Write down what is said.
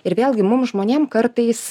ir vėlgi mum žmonėm kartais